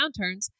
downturns